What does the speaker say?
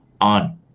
on